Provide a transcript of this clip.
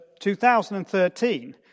2013